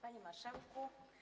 Panie Marszałku!